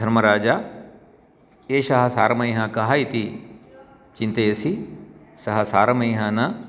धर्मराज एषः सारमेयः कः इति चिन्तयसि सः सारमेयः न